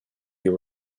you